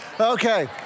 Okay